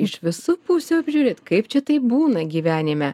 iš visų pusių apžiūrėt kaip čia taip būna gyvenime